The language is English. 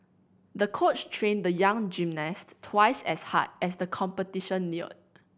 the coach trained the young gymnast twice as hard as the competition neared